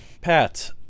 Pat